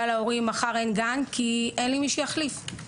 להורים שלמחרת הגן לא יפעל כי אין לי מי שיחליף את הגננת,